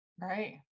Right